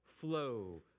flow